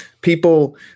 people